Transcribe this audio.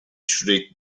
shriek